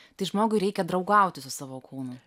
tai žmogui reikia draugauti su savo kūnu